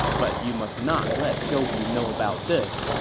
but you must not let zhou yu know about this,